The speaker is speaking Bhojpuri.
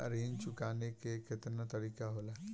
ऋण चुकाने के केतना तरीका होला?